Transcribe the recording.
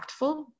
impactful